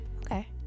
Okay